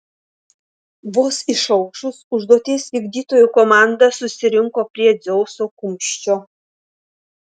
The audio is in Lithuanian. vos išaušus užduoties vykdytojų komanda susirinko prie dzeuso kumščio